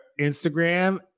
Instagram